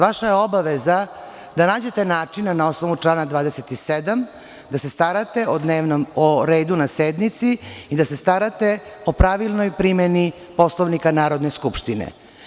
Vaša je obaveza da nađete načina na osnovu člana 27. da se starate o redu na sednici i da se starate o pravilnoj primeni Poslovnika Narodne skupštine.